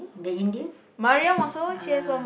the Indian ah